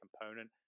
component